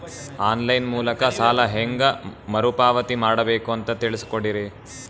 On line ಮೂಲಕ ಸಾಲ ಹೇಂಗ ಮರುಪಾವತಿ ಮಾಡಬೇಕು ಅಂತ ತಿಳಿಸ ಕೊಡರಿ?